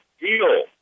deal